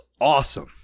awesome